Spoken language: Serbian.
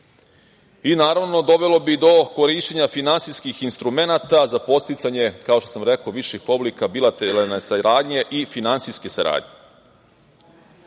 i naravno dovelo bi do korišćenja finansijskih instrumenata za podsticanje, kao što sam rekao, viših oblika bilateralne saradnje i finansijske saradnje. Takođe,